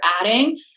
adding